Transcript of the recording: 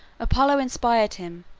apollo inspired him,